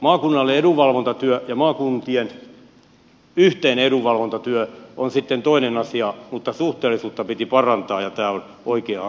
maakunnallinen edunvalvontatyö ja maakuntien yhteinen edunvalvontatyö on sitten toinen asia mutta suhteellisuutta piti parantaa ja tämä on oikea askel siihen suuntaan